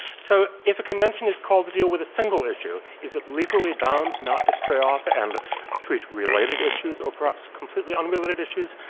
so, if a convention is called to deal with a single issue, is it legally bound not to stray off and treat related issues or perhaps completely unrelated issues?